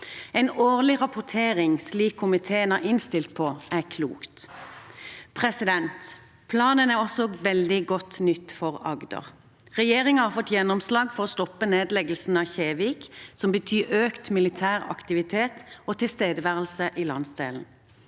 En årlig rapportering, slik komiteen har innstilt på, er klokt. Planen er også veldig godt nytt for Agder. Regjeringen har fått gjennomslag for å stoppe nedleggelsen av Kjevik, noe som betyr økt militær aktivitet og tilstedeværelse i landsdelen.